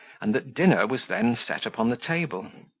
and that dinner was then set upon the table.